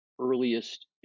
earliest